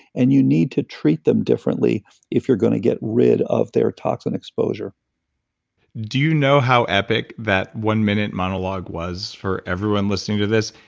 and you need to treat them differently if you're gonna rid of their toxin exposure do you know how epic that one minute monologue was for everyone listening to this?